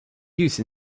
use